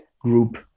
group